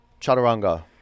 Chaturanga